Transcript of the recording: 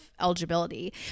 eligibility